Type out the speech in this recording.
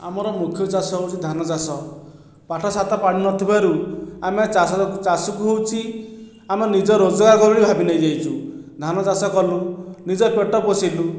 ଆମର ମୁଖ୍ୟ ଚାଷ ହେଉଛି ଧାନ ଚାଷ ପାଠଶାଠ ପଢ଼ିନଥିବାରୁ ଆମେ ଚାଷ ଚାଷକୁ ହେଉଛି ଆମ ନିଜ ରୋଜଗାର କରୁ ବୋଲି ଭାବି ନେଇଯାଇଛୁ ଧାନ ଚାଷ କଲୁ ନିଜ ପେଟ ପୋଷିଲୁ